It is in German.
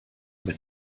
wenn